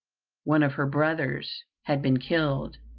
one of her brothers, had been killed.